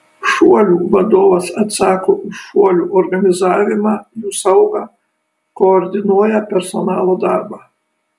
šuolių vadovas atsako už šuolių organizavimą jų saugą koordinuoja personalo darbą